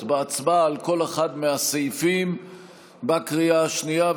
בהצבעה על כל אחד מהסעיפים בקריאה השנייה,